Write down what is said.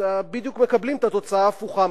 אז מקבלים בדיוק את התוצאה ההפוכה.